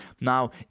Now